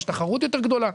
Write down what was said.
יש תחרות יותר גדולה.